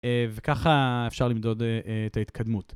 אה, וככה אפשר למדוד את ההתקדמות.